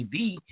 TV